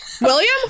William